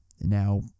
now